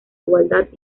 igualdad